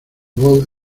voz